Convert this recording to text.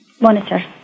monitor